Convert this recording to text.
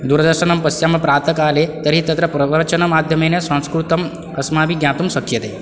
दूरदर्शनं पश्यामः प्रातःकाले तर्हि तत्र प्रवचनमाध्यमेन संस्कृतम् अस्माभिः ज्ञातुं सक्यते